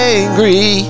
angry